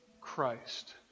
Christ